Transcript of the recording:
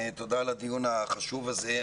תודה על הדיון החשוב הזה.